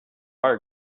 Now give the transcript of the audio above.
are